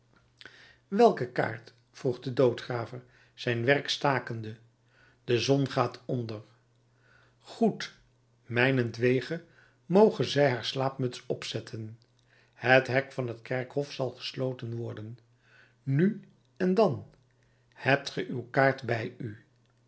welke kaart vroeg de doodgraver zijn werk stakende de zon gaat onder goed mijnentwege moge zij haar slaapmuts opzetten het hek van t kerkhof zal gesloten worden nu en dan hebt ge uw kaart bij u